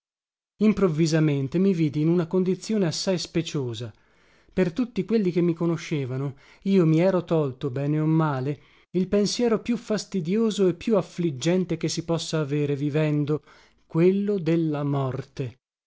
improvvisamente mi vidi in una condizione assai speciosa per tutti quelli che mi conoscevano io mi ero tolto bene o male il pensiero più fastidioso e più affliggente che si possa avere vivendo quello della morte